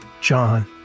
John